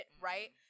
right